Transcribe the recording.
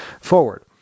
forward